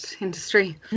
industry